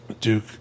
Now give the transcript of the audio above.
Duke